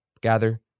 Gather